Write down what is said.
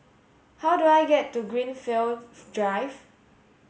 how do I get to Greenfield Drive